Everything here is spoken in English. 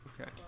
Okay